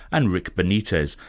and rick benitez,